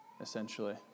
essentially